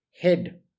head